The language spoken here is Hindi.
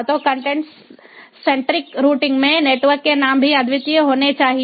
तोकंटेंट सेंट्रिक रूटिंग में नेटवर्क में नाम भी अद्वितीय होना चाहिए